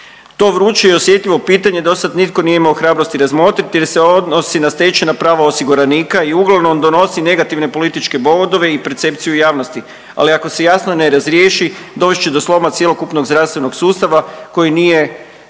To vruće i osjetljivo pitanje dosad nitko nije imao hrabrosti razmotriti jer se odnosi na stečena prava osiguranika i uglavnom donosi negativne političke bodove i percepciju javnosti, ali ako se jasno ne razriješi dovest će do sloma cjelokupnog zdravstvenog sustava koji nije,